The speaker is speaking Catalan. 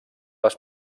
les